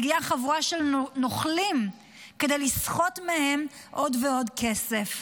מגיעה חבורה של נוכלים כדי לסחוט מהם עוד ועוד כסף.